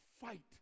Fight